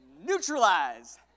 Neutralize